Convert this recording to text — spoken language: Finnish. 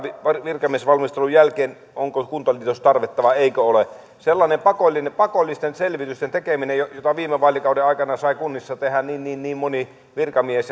virkamiesvalmistelun jälkeen onko kuntaliitostarvetta vai eikö ole sellainen pakollisten pakollisten selvitysten tekeminen jota viime vaalikauden aikana sai kunnissa tehdä niin moni virkamies